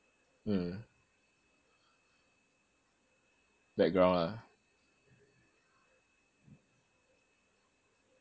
mm background lah